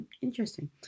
Interesting